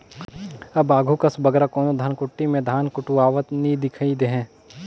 अब आघु कस बगरा कोनो धनकुट्टी में धान कुटवावत नी दिखई देहें